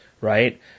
right